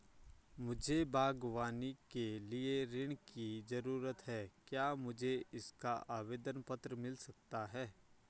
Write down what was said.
मुझे बागवानी के लिए ऋण की ज़रूरत है क्या मुझे इसका आवेदन पत्र मिल सकता है?